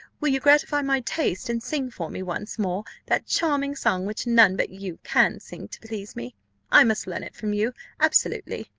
will you gratify my taste, and sing for me once more that charming song which none but you can sing to please me i must learn it from you, absolutely.